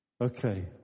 Okay